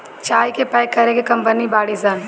चाय के पैक करे के कंपनी बाड़ी सन